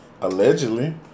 allegedly